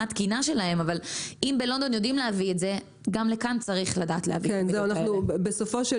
התקינה שלהם גם לכאן צריך לדעת להביא את המידות האלה בסופו של